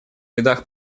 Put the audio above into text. рядах